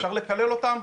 אפשר לקלל אותם?